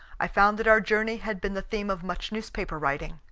i found that our journey had been the theme of much newspaper writing.